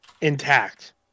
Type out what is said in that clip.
intact